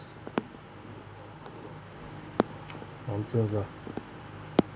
nonsense lah